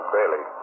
Bailey